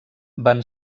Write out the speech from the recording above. van